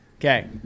Okay